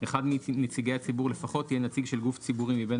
אחד מנציגי הציבור לפחות יהיה נציג של גוף ציבורי מבין